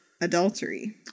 adultery